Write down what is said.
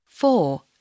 Four